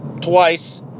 twice